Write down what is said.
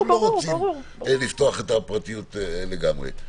הם לא רוצים לפתוח את הפרטיות לגמרי.